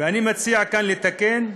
ואני מציע כאן לתקן.